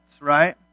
right